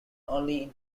only